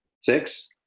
Six